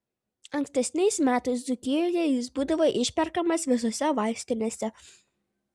ankstesniais metais dzūkijoje jis būdavo išperkamas visose vaistinėse